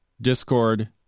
Discord